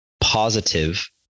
positive